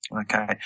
okay